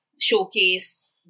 showcase